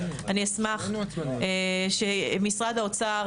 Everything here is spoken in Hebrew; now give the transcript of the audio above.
אשמח שמשרד האוצר,